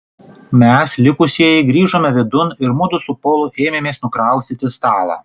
mes likusieji grįžome vidun ir mudu su polu ėmėmės nukraustyti stalą